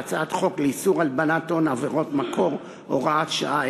וכן הצעת חוק לאיסור הלבנת הון (עבירת מקור) (הוראת שעה),